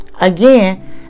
again